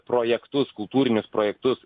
projektus kultūrinius projektus